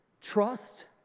trust